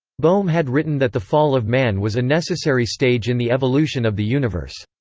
bohme had written that the fall of man was a necessary stage in the evolution of the universe.